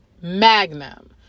magnum